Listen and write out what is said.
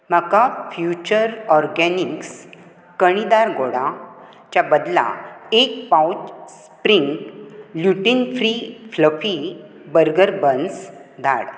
म्हाका future organics कणीदार गोडा च्या बदला एक pouch spring gluten free fluffy burger buns धाड